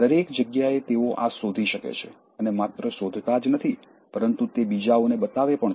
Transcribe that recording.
દરેક જગ્યાએ તેઓ આ શોધી શકે છે અને માત્ર શોધતા જ નથી પરંતુ તે બીજાઓને બતાવે પણ છે